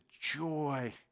joy